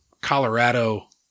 Colorado